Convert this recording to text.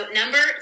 number